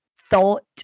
Thought